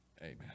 amen